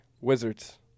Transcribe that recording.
Wizards